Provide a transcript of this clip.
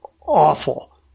awful